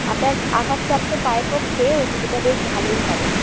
আপনার আঘাতপ্রাপ্ত পায়ের পক্ষে ওই জুতোটা বেশ ভালোই হবে